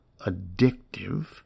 addictive